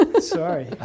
Sorry